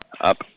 Up